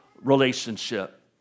relationship